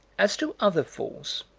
as to other falls,